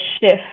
shift